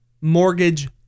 mortgage